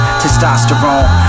testosterone